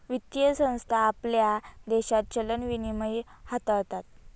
वित्तीय संस्था आपल्या देशात चलन विनिमय हाताळतात